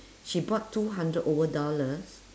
she bought two hundred over dollars